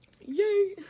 Yay